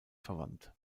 verwandt